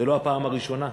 זו לא הפעם הראשונה,